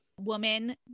woman